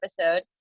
episode